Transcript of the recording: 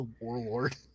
Warlord